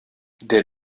der